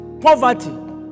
poverty